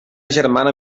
germana